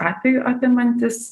atvejų apimantis